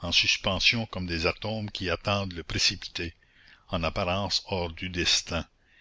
en suspension comme des atomes qui attendent le précipité en apparence hors du destin